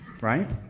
Right